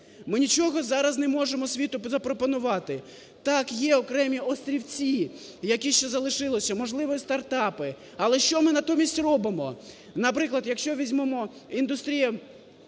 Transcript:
Ми нічого зараз не можемо світу запропонувати. Так, є окремі острівці, які ще залишилися, можливо, і startup, але що ми натомість робимо? Наприклад, якщо візьмемо індустрія